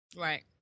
Right